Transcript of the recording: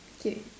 okay